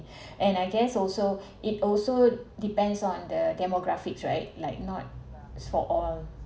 and I guess also it also depends on the demographics right like not is for all